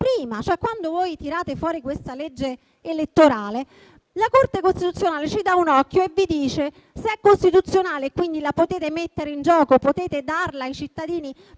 prima; cioè, quando voi tirate fuori questa legge elettorale, la Corte costituzionale gli dà un occhio e vi dice se è costituzionale, quindi la potete mettere in gioco e potete darla ai cittadini,